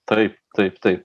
taip taip taip